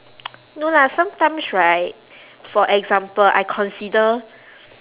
no lah sometimes right for example I consider